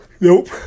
Nope